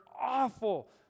awful